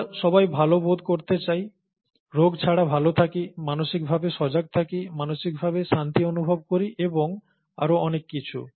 আমরা সবাই ভাল বোধ করতে চাই রোগ ছাড়া ভাল থাকি মানসিকভাবে সজাগ থাকি মানসিকভাবে শান্তি অনুভব করি এবং আরও অনেক কিছু